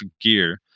gear